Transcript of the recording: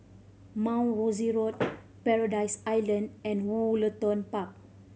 Mount Rosie Road Paradise Island and Woollerton Park